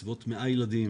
בסביבות 100 ילדים,